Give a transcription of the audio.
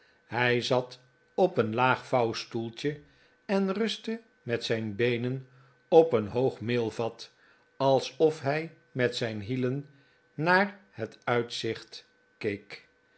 hij zat op een laag vouwstoeltje en rustte met zijn beenen op een hoog meelvat alsof hij met zijn hielen naar het uitzicht